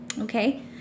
okay